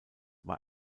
war